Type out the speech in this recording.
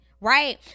right